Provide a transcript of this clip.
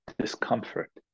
discomfort